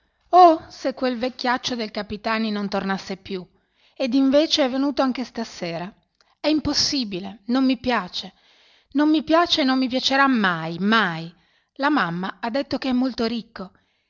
oh se quel vecchiaccio del capitani non tornasse più ed invece è venuto anche stasera è impossibile non mi piace non mi piace e non mi piacerà mai mai la mamma ha detto che è molto ricco